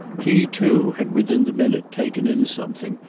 he too had within the minute taken in something,